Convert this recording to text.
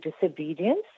disobedience